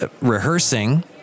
rehearsing